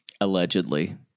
Allegedly